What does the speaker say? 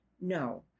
no